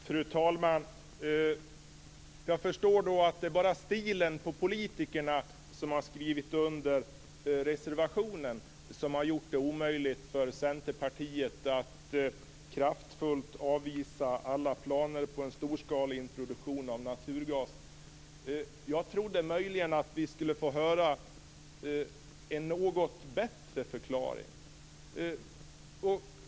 Fru talman! Jag förstår att det bara är stilen på politikerna som har skrivit under reservationen som har gjort det omöjligt för Centerpartiet att kraftfullt avvisa alla planer på en storskalig introduktion av naturgas. Jag trodde att vi möjligen skulle få höra en något bättre förklaring.